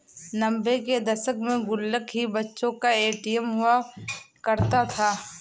नब्बे के दशक में गुल्लक ही बच्चों का ए.टी.एम हुआ करता था